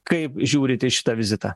kaip žiūrite į šitą vizitą